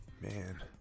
man